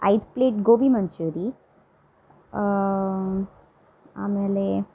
ಐದು ಪ್ಲೇಟ್ ಗೋಬಿ ಮಂಚೂರಿ ಆಮೇಲೆ